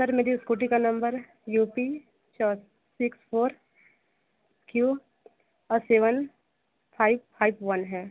sir मेरी scooty का number U P च six four Q seven five five one है